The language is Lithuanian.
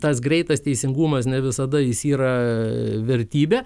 tas greitas teisingumas ne visada jis yra vertybė